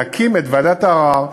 להקים את ועדת הערר,